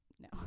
No